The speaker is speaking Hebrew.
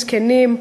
זקנים.